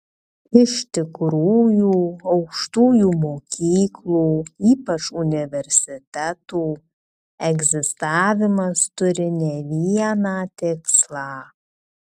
iš tikrųjų aukštųjų mokyklų ypač universitetų egzistavimas turi ne vieną tikslą